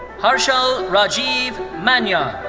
harshal rajiv maniar.